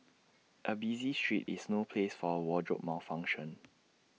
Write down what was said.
A busy street is no place for A wardrobe malfunction